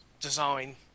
design